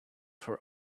for